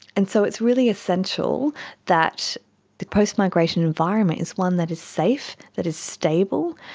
and so it's really essential that the post-migration environment is one that is safe, that is stable,